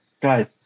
guys